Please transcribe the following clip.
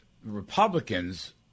Republicans